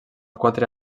quatre